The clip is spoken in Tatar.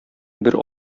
бер